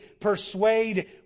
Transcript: persuade